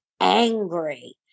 angry